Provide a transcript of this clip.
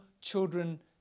children